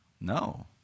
No